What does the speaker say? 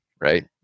right